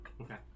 Okay